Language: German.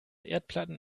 erdplatten